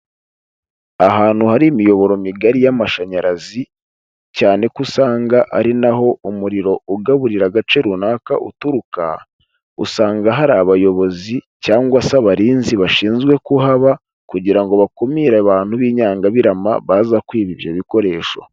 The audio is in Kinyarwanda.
Ahantu hari imiyoboro migari y'amashanyarazi cyane ko usanga ari na ho umuriro ugaburira agace runaka uturuka, usanga hari abayobozi cyangwa se abarinzi bashinzwe kuhaba, kugira ngo bakumire abantu b'inyangabirama baza kwiba ibyo bikoresho.